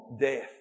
death